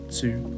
two